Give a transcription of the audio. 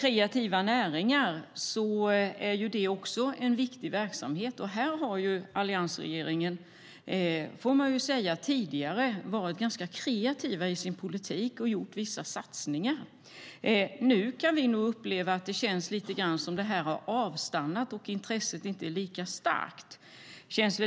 Kreativa näringar är också en viktig verksamhet. Här har alliansregeringen, får man säga, tidigare varit ganska kreativ i sin politik och gjort vissa satsningar. Men nu kan vi nog uppleva att det känns som att det har avstannat och att intresset inte är lika starkt.